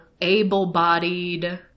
able-bodied